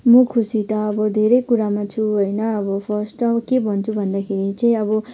म खुसी त अब धेरै कुरामा छु होइन अब फर्स्ट त के भन्छु भन्दाखेरि चाहिँ अब